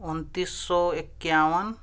انتیس سو اکیاون